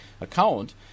account